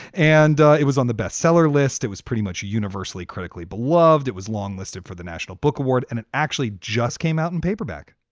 and it was on the bestseller list. it was pretty much a universally critically beloved. it was long listed for the national book award, and it actually just came out in paperback